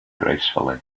gracefully